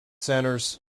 centers